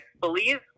believe